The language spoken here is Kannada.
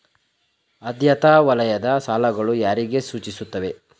ಆದ್ಯತಾ ವಲಯದ ಸಾಲಗಳು ಯಾರಿಗೆ ಸೂಚಿಸುತ್ತವೆ?